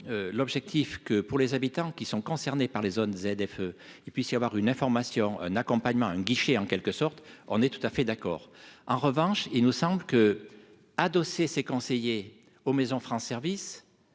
l'objectif que pour les habitants qui sont concernés par les zones ZFE et puis si, avoir une information, un accompagnement, un guichet en quelque sorte, on est tout à fait d'accord, en revanche, il nous semble que adossé ses conseillers aux Maisons France service